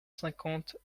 cinquante